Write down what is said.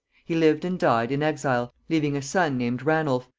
he lived and died in exile, leaving a son, named ranulph,